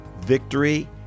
victory